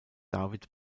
david